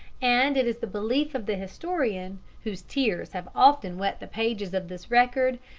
and it is the belief of the historian, whose tears have often wet the pages of this record,